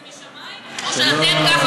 זה משמים או שאתם ככה,